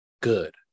Good